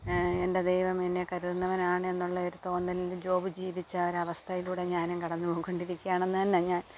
എൻ്റെ ദൈവം എന്നെ കരുതുന്നവനാണ് എന്നുള്ള ഒരു തോന്നലിൽ ജോബ് ജീവിച്ച ആ ഒരവസ്ഥയിലൂടെ ഞാനും കടന്നു പൊയ്ക്കൊണ്ടിരിക്കുകയാണെന്ന് തന്നെ ഞാൻ